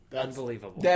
Unbelievable